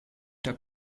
der